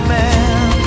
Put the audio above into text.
man